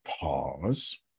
pause